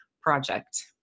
project